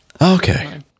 Okay